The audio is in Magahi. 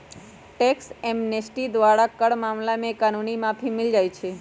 टैक्स एमनेस्टी द्वारा कर मामला में कानूनी माफी मिल जाइ छै